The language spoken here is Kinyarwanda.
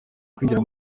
kwinjira